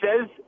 says